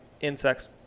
insects